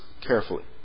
carefully